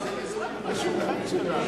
זה נזרק לשולחן הזה,